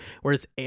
whereas